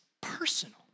personal